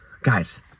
guys